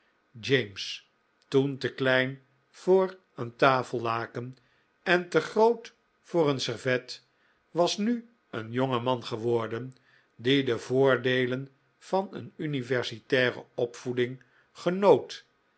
james toen te klein voor een tafellaken en te groot voor een servet was nu een jonge man geworden die de voordeelen van een universitaire opvoeding genoot